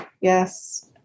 yes